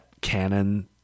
canon